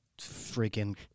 freaking